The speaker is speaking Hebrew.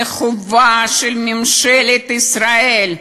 זה חובה של ממשלת ישראל.